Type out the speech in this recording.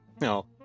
no